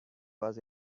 was